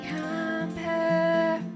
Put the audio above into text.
compare